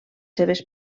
seves